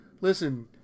listen